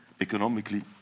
economically